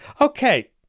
Okay